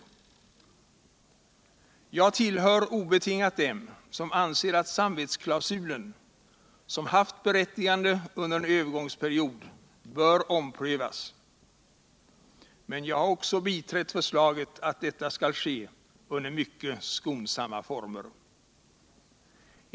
Jag tillhör obetingat dem som anser att samvetsklausulen, som haft berättigande under en övergångsperiod, bör omprövas. men jag har också biträtt förslaget att detta skall ske under mycket skonsamma former.